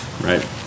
Right